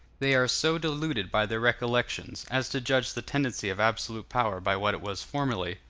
they are so deluded by their recollections, as to judge the tendency of absolute power by what it was formerly,